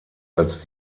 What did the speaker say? als